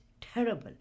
terrible